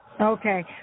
okay